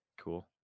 Cool